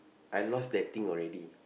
I lost that thing already